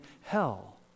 hell